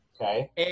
okay